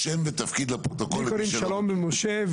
שמי שלום בן משה,